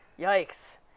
Yikes